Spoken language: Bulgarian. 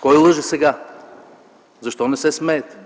кой лъже сега, защо не се смеете?